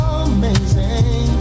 amazing